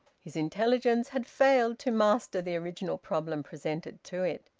his intelligence had failed to master the original problem presented to it.